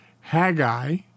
Haggai